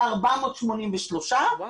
483. וואו.